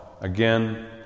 again